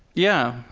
yeah!